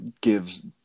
gives